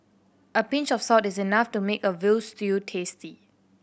a pinch of salt is enough to make a veal stew tasty